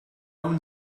own